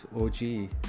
OG